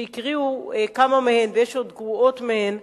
שהקריאו כמה מהן ויש עוד גרועות מהן,